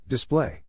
Display